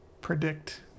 predict